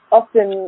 often